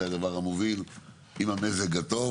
אלה הדברים המובילים עם המזג הטוב.